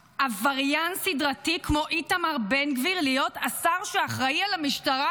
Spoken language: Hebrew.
עבריין סדרתי כמו איתמר בן גביר להיות השר שאחראי על המשטרה,